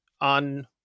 on